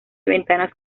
ventanas